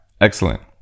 excellent